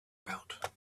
about